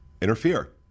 interfere